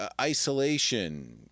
isolation